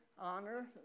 honor